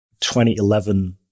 2011